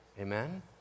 Amen